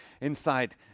Inside